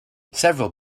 several